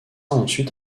ensuite